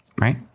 right